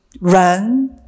run